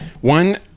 One